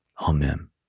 Amen